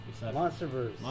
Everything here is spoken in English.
Monsterverse